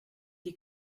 die